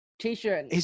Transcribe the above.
t-shirt